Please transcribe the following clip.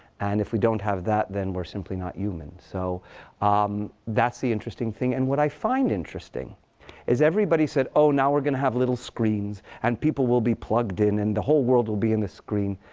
and if we don't have that, then we're simply not human. so um that's the interesting thing. and what i find interesting is everybody said, oh, now we're going to have little screens. and people will be plugged in. and the whole world will be in the screen.